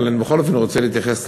אבל אני בכל אופן רוצה להתייחס.